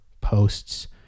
posts